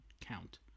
count